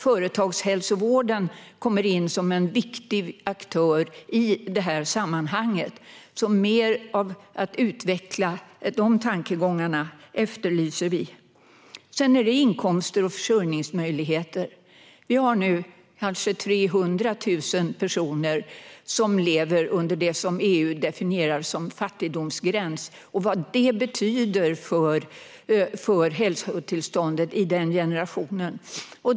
Företagshälsovården kommer in som en viktig aktör i det här sammanhanget. Vi efterlyser att man utvecklar mer av dessa tankegångar. Sedan handlar det om inkomster och försörjningsmöjligheter. Vi har nu kanske 300 000 personer som lever under det som EU definierar som fattigdomsgräns, med allt vad det betyder för hälsotillståndet i den generationen.